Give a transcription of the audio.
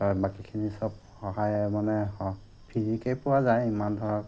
বাকীখিনি সব সহায় মানে ফ্ৰীকেই পোৱা যায় ইমান ধৰক